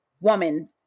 woman